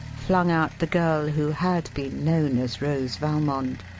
flung out the girl who had been known as rose valmond.